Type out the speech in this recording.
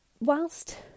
Whilst